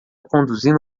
conduzindo